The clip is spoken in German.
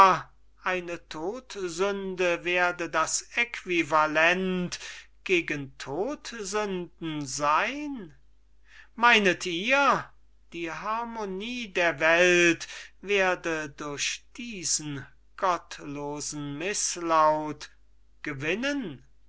eine todsünde werde das aequivalent gegen todsünden seyn meynet ihr die harmonie der welt werde durch diesen gottlosen mißlaut gewinnen